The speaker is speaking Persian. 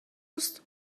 است